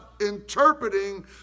interpreting